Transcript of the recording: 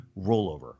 rollover